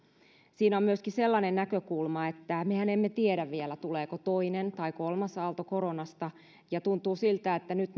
siinä on myöskin sellainen näkökulma että mehän emme tiedä vielä tuleeko koronasta toinen tai kolmas aalto ja tuntuu siltä että nyt